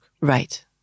Right